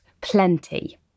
plenty